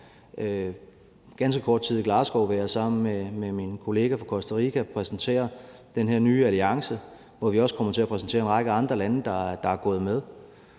ganske kort tid i Glasgow vil jeg sammen med min kollega fra Costa Rica præsentere den her nye alliance, hvor vi også kommer til at præsentere en række andre lande, der er gået med.